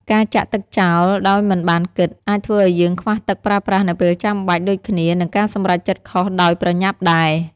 ការចាក់ទឹកចោលដោយមិនបានគិត អាចធ្វើឲ្យយើងខ្វះទឹកប្រើប្រាស់នៅពេលចាំបាច់ ដូចគ្នានឹងការសម្រេចចិត្តខុសដោយប្រញាប់ដែរ។